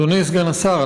אדוני סגן השר,